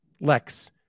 Lex